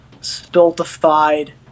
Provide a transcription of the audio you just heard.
stultified